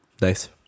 Nice